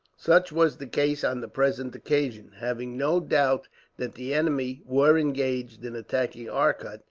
such was the case on the present occasion. having no doubt that the enemy were engaged in attacking arcot,